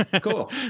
Cool